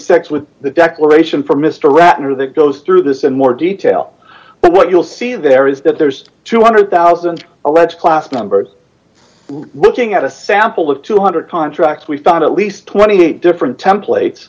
six with the declaration for mister ratner that goes through this in more detail but what you'll see there is that there's two hundred thousand alleged class numbers looking at a sample of two hundred contracts we found at least twenty eight dollars different template